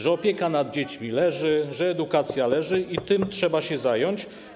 że opieka nad dziećmi leży, że edukacja leży, że tym trzeba się zająć.